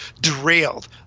Derailed